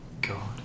god